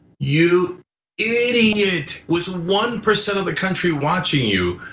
you idiot with one percent of the country watching you,